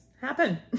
happen